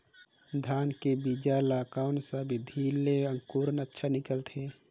धान के बीजा ला कोन सा विधि ले अंकुर अच्छा निकलथे?